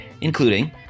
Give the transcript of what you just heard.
including